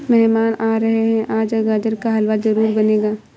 मेहमान आ रहे है, आज गाजर का हलवा जरूर बनेगा